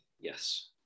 Yes